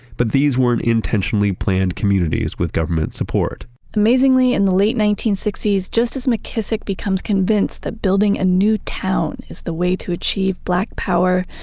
but these weren't intentionally planned communities with government support amazingly, in the late nineteen sixty s just as mckissick becomes convinced that building a new town is the way to achieve black power,